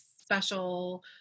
special